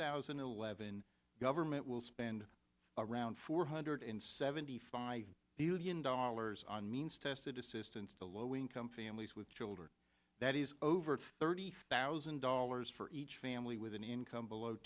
thousand and eleven government will spend around four hundred seventy five billion dollars on means tested assistance to low income families with children that is over thirty thousand dollars for each family with an income below